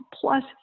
plus